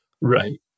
Right